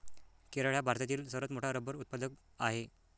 केरळ हा भारतातील सर्वात मोठा रबर उत्पादक आहे